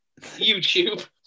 YouTube